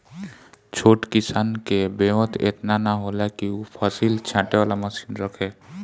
छोट किसान के बेंवत एतना ना होला कि उ फसिल छाँटे वाला मशीन रखे